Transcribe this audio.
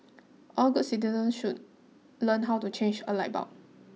all good citizens should learn how to change a light bulb